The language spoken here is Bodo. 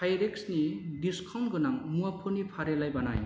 पायरेक्सनि डिसकाउन्ट गोनां मुवाफोरनि फारिलाइ बानाय